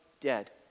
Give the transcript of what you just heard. dead